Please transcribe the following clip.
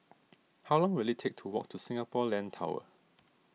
how long will it take to walk to Singapore Land Tower